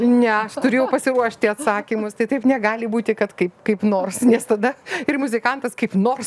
ne aš turiu jau pasiruošti atsakymus tai taip negali būti kad kaip kaip nors nes tada ir muzikantas kaip nors